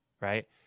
right